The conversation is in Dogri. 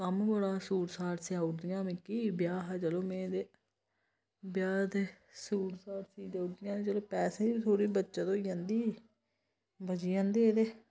कम्म बड़ा सूट साट सेआउड़दियां हां मिकी ब्याह् हा चलो में ते ब्याह् दे सूट साट सी देउड़ दियां हा तां चल पैसे बी थोह्ड़ी बचत होईं जंदी ही बची जन्दे हे ते